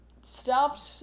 stopped